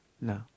No